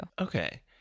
okay